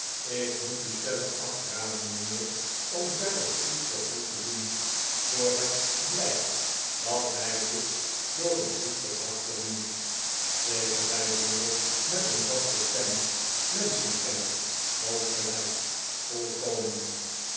ik moet u stellig afraden mijnheer om verder iets voor hem te doen voor het blijkt dat hij dit door een goed gedrag verdient zeker zei jingle met een vaste stem menschenk'enner groot gelijk volkomen